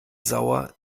sauer